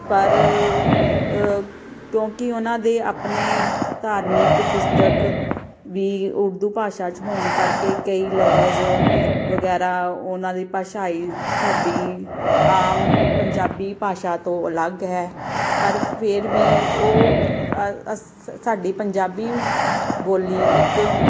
ਪਰ ਕਿਉਂਕਿ ਉਹਨਾਂ ਦੇ ਆਪਣੇ ਧਾਰਮਿਕ ਪੁਸਤਕ ਵੀ ਉਰਦੂ ਭਾਸ਼ਾ 'ਚ ਹੋਣ ਕਰਕੇ ਕਈ ਲਫਜ਼ ਵਗੈਰਾ ਉਹਨਾਂ ਦੀ ਭਾਸ਼ਾਈ ਸਾਡੀ ਆਮ ਪੰਜਾਬੀ ਭਾਸ਼ਾ ਤੋਂ ਅਲੱਗ ਹੈ ਪਰ ਫਿਰ ਵੀ ਉਹ ਸਾਡੀ ਪੰਜਾਬੀ ਬੋਲੀ ਇੱਕ